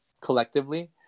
collectively